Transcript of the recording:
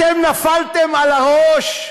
אתם נפלתם על הראש?